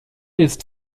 jest